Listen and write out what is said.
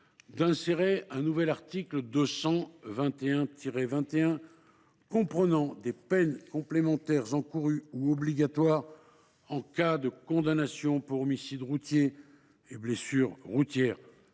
d’insérer un nouvel article 221 21 comprenant des peines complémentaires encourues ou obligatoires en cas de condamnation pour homicide routier et blessures routières.